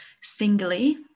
singly